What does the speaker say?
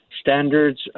standards